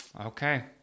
Okay